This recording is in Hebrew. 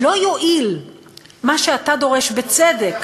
לא יועיל מה שאתה דורש, בצדק,